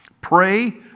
Pray